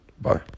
Bye